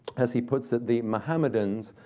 as he puts it, the mohammedans,